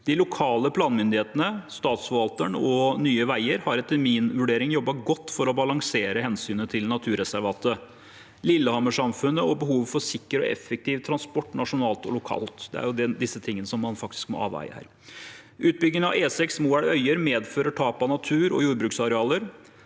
De lokale planmyndighetene, statsforvalteren og Nye veier har etter min vurdering jobbet godt for å balansere hensynet til naturreservatet, Lillehammer-samfunnet og behovet for sikker og effektiv transport nasjonalt og lokalt. Det er disse tingene som man faktisk må avveie.